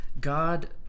God